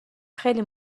خیلی